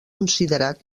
considerat